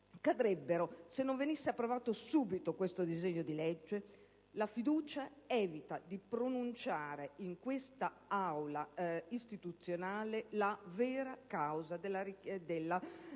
cadrebbero se non venisse approvato subito questo disegno di legge? La fiducia evita di pronunciare in questa Aula istituzionale la vera causa di questo